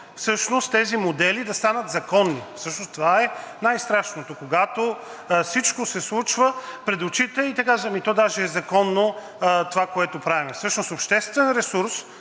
закони тези модели да станат законни. Това е най-страшното – когато всичко се случва пред очите и те казват: ами даже е законно това, което правим. Всъщност обществен ресурс